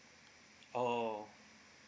oh